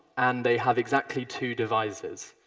and they have exactly two divisors,